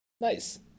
Nice